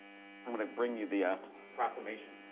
i'm gonna bring you the ah proclamation,